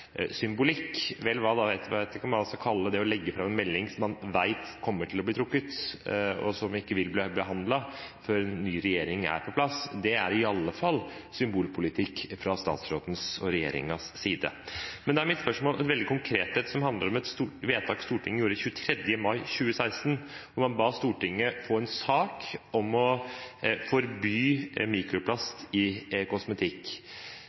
symbolikk. Vel, da vet jeg ikke hva jeg skal kalle det å legge fram en melding som man vet kommer til å bli trukket, og som ikke vil bli behandlet før ny regjering er på plass, men det er i alle fall symbolpolitikk fra statsråden og regjeringens side. Da er mitt spørsmål veldig konkret, og det handler om et vedtak som Stortinget gjorde 23. mai 2016, hvor man ba om at Stortinget får en sak om å forby